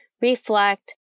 reflect